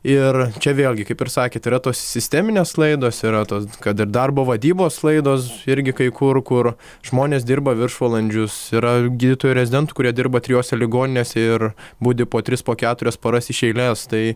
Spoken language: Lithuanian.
ir čia vėlgi kaip ir sakėt yra tos sisteminės klaidos yra tos kad ir darbo vadybos klaidos irgi kai kur kur žmonės dirba viršvalandžius yra gydytojų rezidentų kurie dirba trijose ligoninėse ir budi po tris po keturias paras iš eilės tai